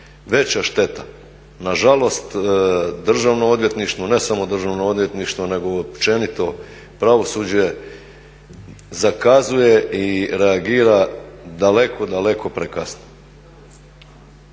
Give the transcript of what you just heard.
veća šteta. Nažalost, Državno odvjetništvo ne samo Državno odvjetništvo nego općenito pravosuđe zakazuje i reagira daleko, daleko prekasno.